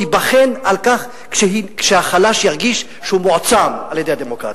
תיבחן על כך שהחלש ירגיש שהוא מועצם על-ידי הדמוקרטיה.